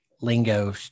lingo